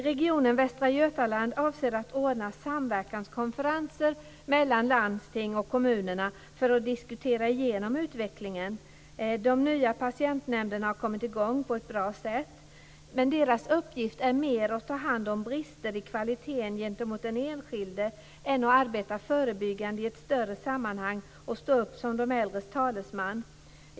Regionen Västra Götaland avser att ordna samverkanskonferenser mellan landsting och kommuner för att diskutera igenom utvecklingen. De nya patientnämnderna har kommit i gång på ett bra sätt men deras uppgift är mer att ta hand om brister i kvaliteten gentemot den enskilde än att arbeta förebyggande i ett större sammanhang och stå upp som de äldres talesman.